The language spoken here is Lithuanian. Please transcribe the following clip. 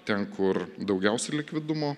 ten kur daugiausiai likvidumo